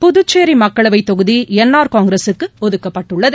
புதுச்சேரிமக்களவைதொகுதிஎன் R காங்கிரஸிற்கஒதுக்கப்பட்டுள்ளது